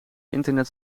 internet